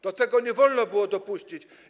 Do tego nie wolno było dopuścić.